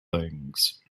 things